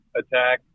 attack